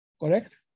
Correct